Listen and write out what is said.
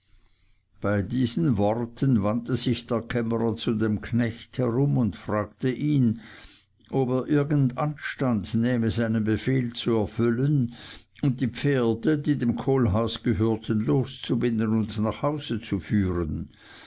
bei diesen worten wandte sich der kämmerer zu dem knecht herum und fragte ihn ob er irgend anstand nähme seinen befehl zu erfüllen und die pferde die dem kohlhaas gehörten loszubinden und nach hause zu führen